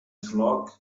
flock